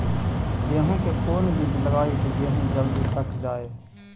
गेंहू के कोन बिज लगाई कि गेहूं जल्दी पक जाए?